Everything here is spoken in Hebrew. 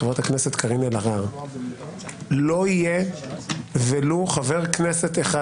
לא יהיה ולו חבר כנסת אחד,